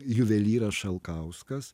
juvelyras šalkauskas